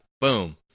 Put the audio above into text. boom